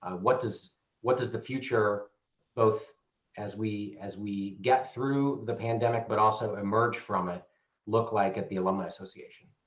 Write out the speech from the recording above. what does what does the future both as we as we get through the pandemic but also emerge through it look like at the alumni association?